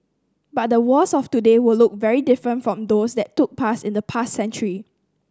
but the wars of today will look very different from those that took place in the past century